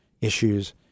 issues